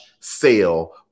sale